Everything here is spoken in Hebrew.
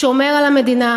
שומר על המדינה,